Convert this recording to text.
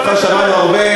את דעתך שמענו הרבה,